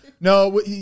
no